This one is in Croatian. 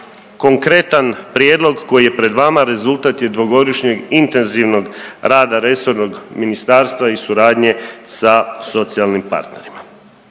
konkretan prijedlog koji je pred vama rezultat je dvogodišnjeg intenzivnog rada resornog ministarstva i suradnje sa socijalnim partnerima.